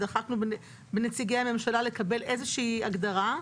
ודחקנו בנציגי הממשלה לקבל איזה שהיא הגדרה.